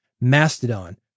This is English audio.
Mastodon